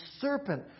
serpent